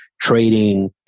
trading